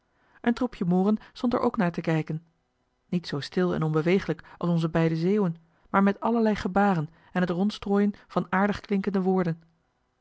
een troepje mooren stond er ook naar te kijken niet zoo stil en onbeweeglijk als onze beide zeeuwen maar met allerlei gebaren en het rondstrooien van aardig klinkende woorden